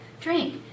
Drink